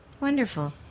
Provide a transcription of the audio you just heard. Wonderful